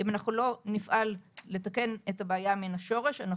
אם אנחנו לא נפעל לתקן את הבעיה מן השורש אנחנו